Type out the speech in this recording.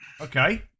Okay